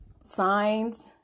signs